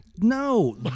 No